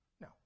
No